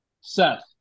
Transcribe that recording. Seth